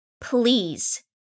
Please